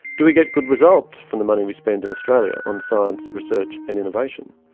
do we get good results from the money we spend in australia on science, research and innovation?